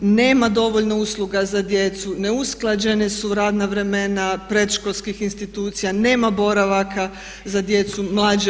Nema dovoljno usluga za djecu, neusklađena su radna vremena predškolskih institucija, nema boravaka za djecu, mlađe.